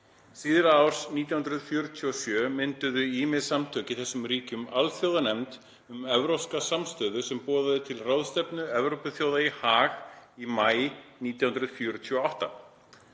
Síðla árs 1947 mynduðu ýmis samtök í þessum ríkjum alþjóðanefnd um evrópska samstöðu sem boðaði til ráðstefnu Evrópuþjóða í Haag í maí 1948.